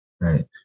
right